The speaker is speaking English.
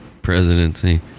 presidency